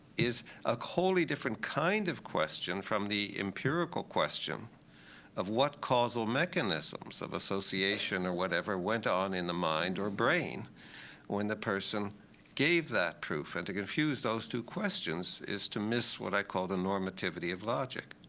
is a wholly different kind of question from the empirical question of what causal mechanisms of association, or whatever, went on in the mind or brain when the person gave that proof. and to confuse those two questions is to miss, what i call, the normativity of logic.